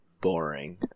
boring